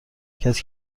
کسی